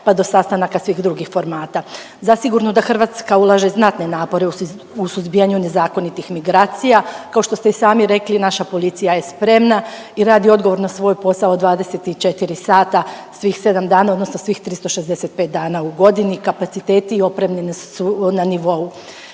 pa do sastanaka svih drugih formata. Zasigurno da Hrvatska ulaže znatne napore u suzbijanju nezakonitih migracija, kao što se i sami rekli, naša policija je spremna i radi odgovorno svoj posao 24 sata svih 7 dana odnosno svih 365 dana u godini. Kapaciteti i opreme su na nivou.